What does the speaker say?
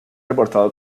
reportado